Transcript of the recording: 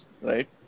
right